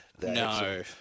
No